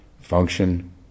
function